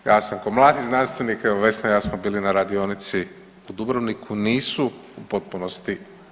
Ja sam kao mladi znanstvenik, evo Vesna i ja smo bili na radionici u Dubrovniku nisu u potpunosti.